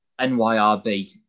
NYRB